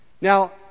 Now